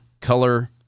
color